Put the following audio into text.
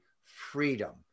freedom